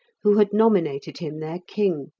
who had nominated him their king,